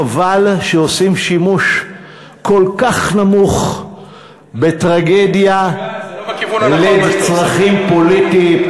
חבל שעושים שימוש כל כך נמוך בטרגדיה לצרכים פוליטיים.